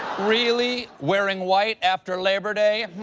really? wearing white after labor day?